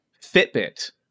Fitbit